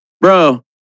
bro